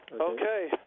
Okay